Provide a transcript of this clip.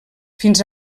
fins